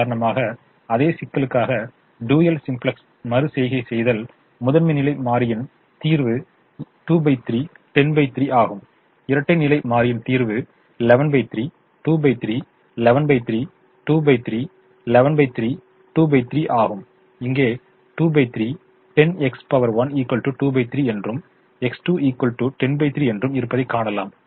உதாரணமாக அதே சிக்கலுக்காக டூயல் சிம்ப்ளக்ஸ் மறு செய்கை செய்தால் முதன்மை நிலை மாறியின் தீர்வு 23 103 ஆகும் இரட்டை நிலை மாறியின் தீர்வு 113 23 113 23 113 23 ஆகும் இங்கே 23 10 X1 23 என்றும் X2 103 என்றும் இருப்பதைக் காணலாம்